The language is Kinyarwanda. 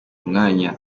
umwanya